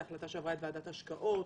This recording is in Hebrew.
זו החלטה שעברה את ועדת ההשקעות?